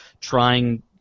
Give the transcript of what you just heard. trying